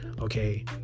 okay